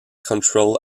control